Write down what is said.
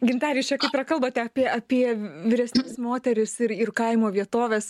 gintare čia kaip ir kalbate apie apie vyresnes moteris ir ir kaimo vietoves